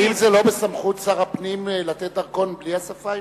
האם זה לא בסמכות שר הפנים לתת דרכון בלי השפה העברית?